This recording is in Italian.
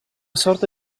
sorta